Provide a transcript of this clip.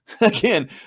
again